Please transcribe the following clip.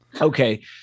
Okay